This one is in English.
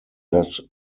less